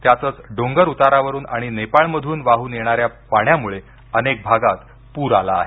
त्यातच डोंगर उतारावरून आणि नेपाळमधून वाहून येणाऱ्या पाण्यामुळे अनेक भागात पूर आला आहे